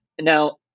Now